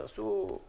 אז עשו סינון.